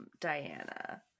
Diana